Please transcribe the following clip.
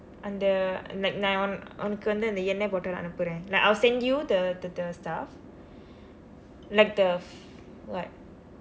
அந்த:andtha like நான் உனக்கு உனக்கு வந்து அந்த எண்ணெய்:naan unakku unakku vandthu andtha ennai bottle அனுப்புறேன்:anuppureen like I'll send you the the the the stuff like the what